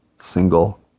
single